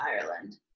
Ireland